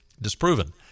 disproven